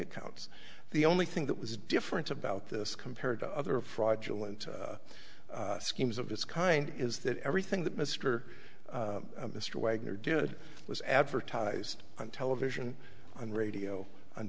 accounts the only thing that was different about this compared to other fraudulent schemes of this kind is that everything that mr mr wagner did was advertised on television and radio